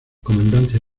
comandancia